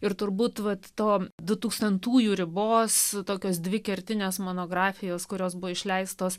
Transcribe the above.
ir turbūt vat to dutūkstantųjų ribos tokios dvi kertinės monografijos kurios buvo išleistos